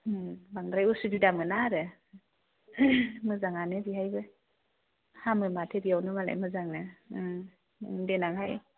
बांद्राय असुबिदा मोना आरो मोजाङानो बेहायबो हामो माथो बेयावनो मालाय मोजांनो देनांहाय